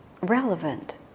relevant